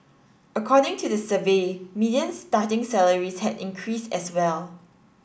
according to the survey median starting salaries had increased as well